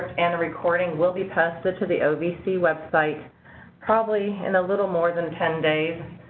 and a recording will be posted to the ovc website probably in a little more than ten days.